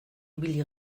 ibili